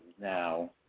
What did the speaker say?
now